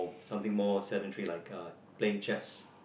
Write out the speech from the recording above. something more sedentary like uh playing chess